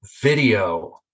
Video